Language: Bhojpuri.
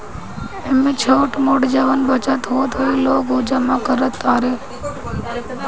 एमे छोट मोट जवन बचत होत ह लोग उ जमा करत तारे